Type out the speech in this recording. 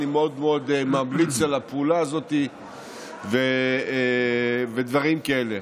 אני מאוד מאוד ממליץ על הפעולה הזאת ועל דברים כאלה.